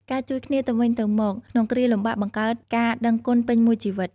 ការជួយគ្នាទៅវិញទៅមកក្នុងគ្រាលំបាកបង្កើតការដឹងគុណពេញមួយជីវិត។